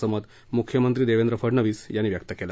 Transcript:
असं मत मुख्यमंत्री देवंद्र फडनवीस यांनी व्यक्त केलं